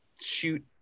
shoot